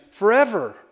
forever